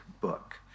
book